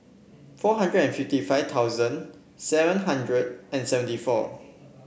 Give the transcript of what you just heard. four hundred and fifty five thousand seven hundred and seventy four